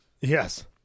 Yes